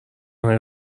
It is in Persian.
های